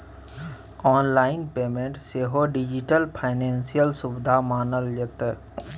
online payment सेहो digital financial सुविधा मानल जेतै